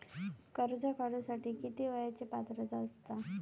कर्ज काढूसाठी किती वयाची पात्रता असता?